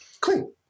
clean